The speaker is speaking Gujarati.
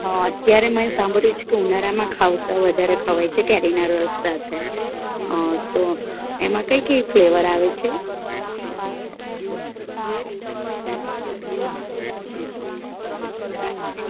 હ અત્યારે મેં સાંભળ્યું છે કે ઉનાળામાં ખાઉસા વધારે ખવાય છે કેરીના રસ સાથે અ તો એમાં કઈ કઈ ફ્લેવર આવે છે